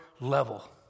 level